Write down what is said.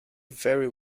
very